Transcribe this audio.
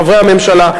חברי הממשלה.